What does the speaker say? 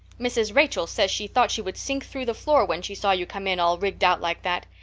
mrs. rachel says she thought she would sink through the floor when she saw you come in all rigged out like that.